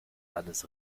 alles